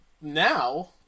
now